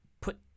put